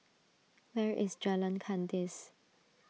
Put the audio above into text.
where is Jalan Kandis